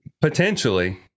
Potentially